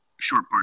short